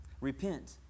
Repent